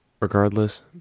Regardless